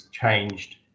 changed